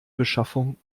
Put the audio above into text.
beschaffung